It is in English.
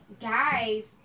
guys